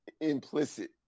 implicit